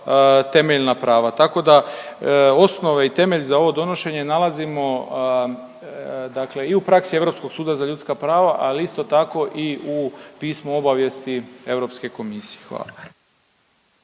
temeljna prava. Tako da osnove i temelj za ovo donošenje nalazimo dakle i u praksi Europskog suda za ljudska prava, a isto tako i u pismu obavijesti Europske komisije. Hvala.